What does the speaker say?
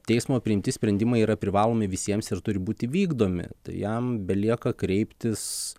teismo priimti sprendimai yra privalomi visiems ir turi būti vykdomi jam belieka kreiptis